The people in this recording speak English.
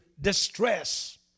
distress